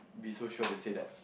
be so sure to say that